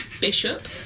bishop